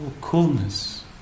coolness